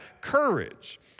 courage